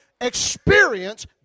experience